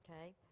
Okay